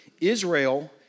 Israel